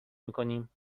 میکنیم